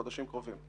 בחודשים הקרובים.